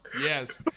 Yes